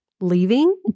leaving